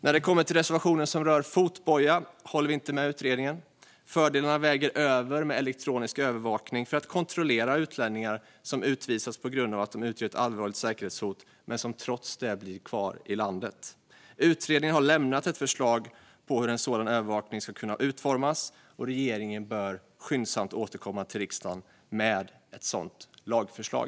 När det gäller reservationen som rör fotboja håller vi inte med utredningen. Fördelarna väger över med elektronisk övervakning för att kontrollera utlänningar som utvisats på grund av att de utgör ett allvarligt säkerhetshot men trots det blir kvar i landet. Utredningen har lämnat ett förslag på hur en sådan övervakning skulle kunna utformas, och regeringen bör skyndsamt återkomma till riksdagen med ett lagförslag.